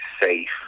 safe